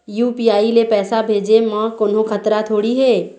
UPI ले पैसे भेजे म कोन्हो खतरा थोड़ी हे?